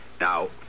Now